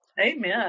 Amen